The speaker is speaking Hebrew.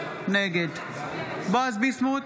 נגד בועז ביסמוט,